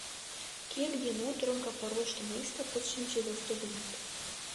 kiek dienų trunka paruošti maistą pusšimčiui vestuvininkų